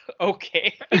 okay